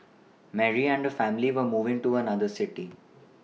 Mary and her family were moving to another city